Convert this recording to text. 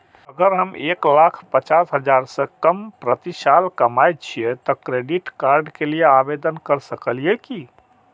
अगर हम एक लाख पचास हजार से कम प्रति साल कमाय छियै त क्रेडिट कार्ड के लिये आवेदन कर सकलियै की?